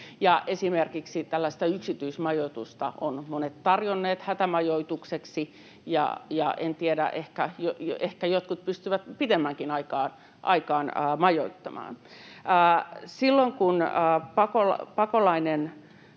esimerkiksi tällaista yksityismajoitusta ovat monet tarjonneet hätämajoitukseksi, ja en tiedä, ehkä jotkut pystyvät pidemmänkin aikaa majoittamaan. Silloin kun pakolainen